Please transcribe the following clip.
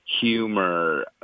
humor